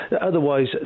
otherwise